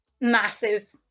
massive